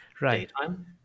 daytime